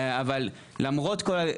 אבל למרות כל,